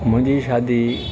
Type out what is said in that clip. मुंहिंजी शादी